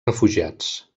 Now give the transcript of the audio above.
refugiats